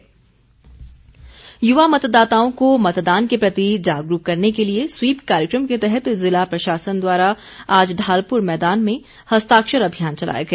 SVEEP कार्यक्रम युवा मतदाताओं को मतदान के प्रति जागरूक करने के लिए स्वीप कार्यक्रम के तहत कुल्लू ज़िला प्रशासन द्वारा आज ढालपुर मैदान में हस्ताक्षर अभियान चलाया गया